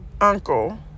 uncle